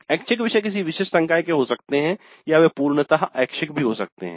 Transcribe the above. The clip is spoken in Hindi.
ऐच्छिक विषय किसी विशिष्ट संकाय के हो सकते हैं या वे पूर्णतः ऐच्छिक भी हो सकते हैं